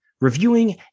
reviewing